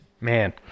man